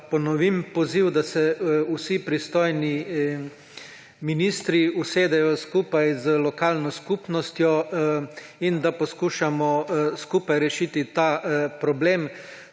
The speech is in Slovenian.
ponovim poziv, da se vsi pristojni ministri usedejo skupaj z lokalno skupnostjo, in da poslušamo skupaj rešiti ta problem,